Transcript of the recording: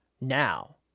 now